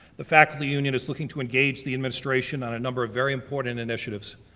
the faculty union is looking to engage the administration on a number of very important initiatives.